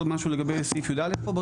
מותר לשאול עוד משהו לגבי סעיף י"א פה,